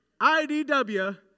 IDW